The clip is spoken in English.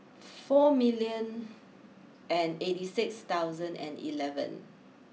four million and eighty six thousand and eleven